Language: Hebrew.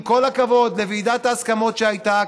עם כל הכבוד לוועדת ההסכמות שהייתה,